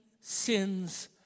sins